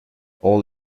all